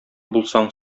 булсаң